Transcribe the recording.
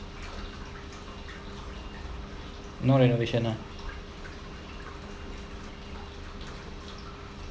no renovation ah